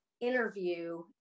interview